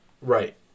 Right